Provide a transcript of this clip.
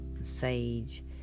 Sage